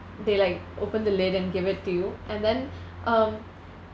they like open the lid and give it to you and then um